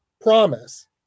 promise